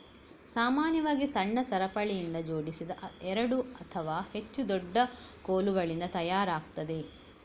ಸಾಮಾನ್ಯವಾಗಿ ಸಣ್ಣ ಸರಪಳಿಯಿಂದ ಜೋಡಿಸಿದ ಎರಡು ಅಥವಾ ಹೆಚ್ಚು ದೊಡ್ಡ ಕೋಲುಗಳಿಂದ ತಯಾರಾಗ್ತದೆ